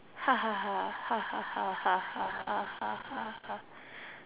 ha ha ha ha ha ha ha ha ha ha ha ha